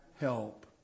help